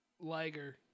liger